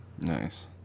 Nice